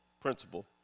principle